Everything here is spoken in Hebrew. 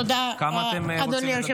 תודה, אדוני היושב בראש.